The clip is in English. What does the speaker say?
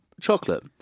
Chocolate